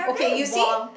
okay you see